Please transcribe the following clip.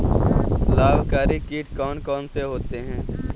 लाभकारी कीट कौन कौन से होते हैं?